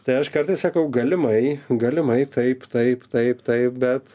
tai aš kartais sakau galimai galimai taip taip taip taip bet